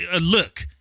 look